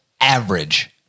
average